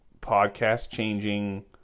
podcast-changing